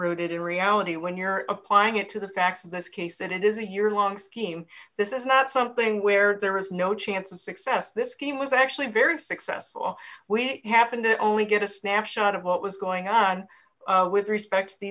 rooted in reality when you're applying it to the facts of this case and it is a yearlong scheme this is not something where there is no chance of success this scheme was actually very successful we happened to only get a snapshot of what was going on with respect to the